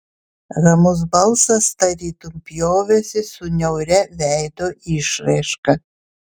ramus balsas tarytum pjovėsi su niauria veido išraiška